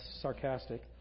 sarcastic